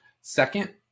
Second